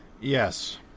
Yes